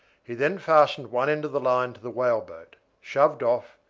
he then fastened one end of the line to the whaleboat, shoved off,